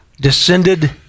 Descended